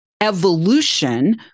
evolution